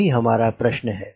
यही हमारा प्रश्न है